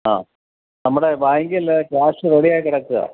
ആ നമ്മുടെ ബാങ്കില് ക്യാഷ് റെഡിയായി കിടക്കുകയാണ്